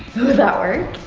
would that work?